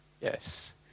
Yes